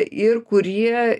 ir kurie